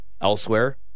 elsewhere